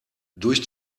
durch